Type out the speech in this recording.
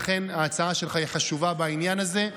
לכן ההצעה שלך היא חשובה בעניין הזה.